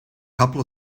couple